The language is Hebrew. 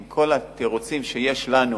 עם כל התירוצים שיש לנו,